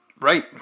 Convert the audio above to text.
Right